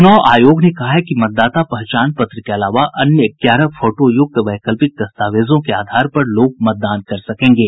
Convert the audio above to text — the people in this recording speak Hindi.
चुनाव आयोग ने कहा है कि मतदाता पहचान पत्र के अलावा अन्य ग्यारह फोटोयुक्त वैकल्पिक दस्तावेजों के आधार पर लोग मतदान कर सकेंगे